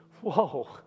Whoa